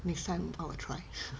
ya next time I will try